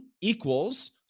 equals